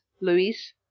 Louise